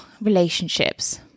relationships